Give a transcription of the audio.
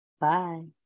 Bye